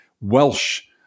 Welsh